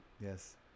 Yes